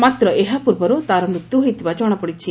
ମାତ୍ର ଏହା ପୂର୍ବରୁ ତା'ର ମୃତ୍ୟୁ ହୋଇଥିବା କଣାପଡ଼ିଛି